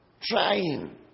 Trying